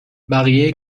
بقیه